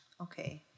Okay